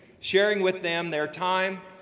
sharing with them their time,